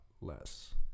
less